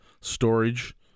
storage